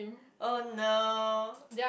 oh no